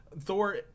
Thor